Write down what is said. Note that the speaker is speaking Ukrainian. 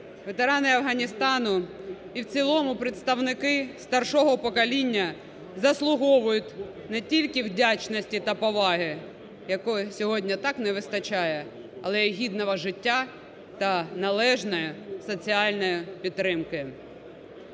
ветерани Афганістану і в цілому представники старшого покоління заслуговують не тільки вдячності та поваги, якої сьогодні так не вистачає, але і гідного життя та належної соціальної підтримки.